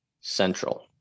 Central